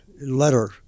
letter